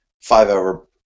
five-hour